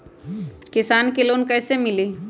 किसान के लोन कैसे मिली?